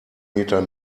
meter